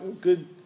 good